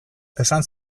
esan